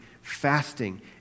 fasting